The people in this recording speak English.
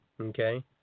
Okay